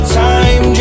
time